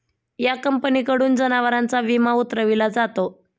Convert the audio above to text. या कंपनीकडून जनावरांचा विमा उतरविला जातो